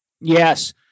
Yes